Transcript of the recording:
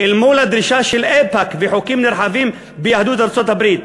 אל מול הדרישה של איפא"ק וחלקים נרחבים ביהדות ארצות-הברית,